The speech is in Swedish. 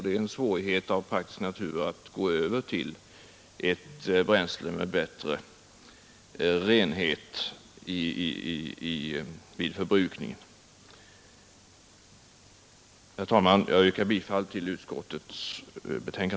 Då är det naturligtvis svårigheter förenade med att gå över till ett helt annat bränsle. Herr talman! Jag yrkar bifall till utskottets hemställan.